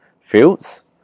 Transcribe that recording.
fields